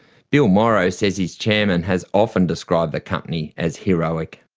bill morrow says his chairman has often described the company as heroic.